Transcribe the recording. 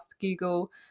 Google